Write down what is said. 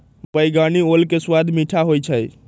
बइगनी ओल के सवाद मीठ होइ छइ